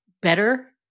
better